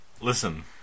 Listen